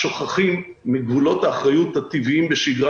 שוכחים מגבולות האחריות הטבעיים בשגרה